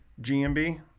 GMB